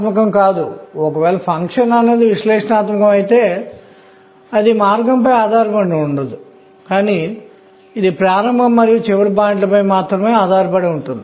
ఆపై ఏ 2 ఎలక్ట్రాన్లు అన్ని సంఖ్యలను ఒకే విధంగా కలిగి ఉండదనే పౌలీ ఎక్స్క్లుజన్ సూత్రం ను కలిగి ఉన్నాము